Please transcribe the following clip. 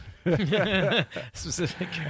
Specific